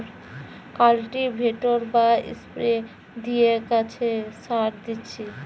cultivator বা spray দিয়ে গাছে সার দিচ্ছি